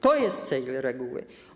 To jest cel reguły.